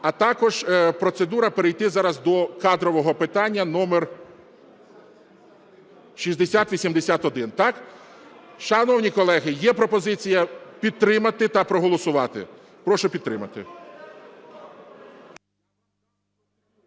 А також процедура перейти зараз до кадрового питання номер 6081, так? Шановні колеги, є пропозиція підтримати та проголосувати. Прошу підтримати.